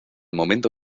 momento